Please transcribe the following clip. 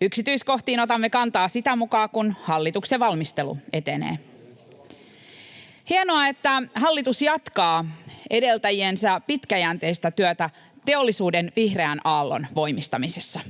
Yksityiskohtiin otamme kantaa sitä mukaa, kun hallituksen valmistelu etenee. [Jukka Kopran välihuuto] Hienoa, että hallitus jatkaa edeltäjiensä pitkäjänteistä työtä teollisuuden vihreän aallon voimistamisessa.